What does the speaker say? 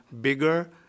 bigger